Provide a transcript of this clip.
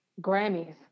Grammys